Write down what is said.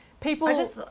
people